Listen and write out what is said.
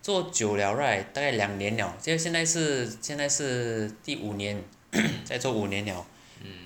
做久 liao right 大概两年 liao 现在现在是现在是第五年 在做五年 liao